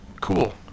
cool